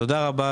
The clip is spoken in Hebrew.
תודה רבה,